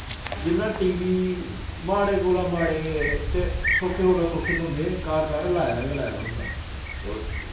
जिन्ना T V माड़े कोला माड़े ते सौक्खे कोला सौक्खे बंदे घर घर लाए दा गै लाए दा होंदा ऐ ते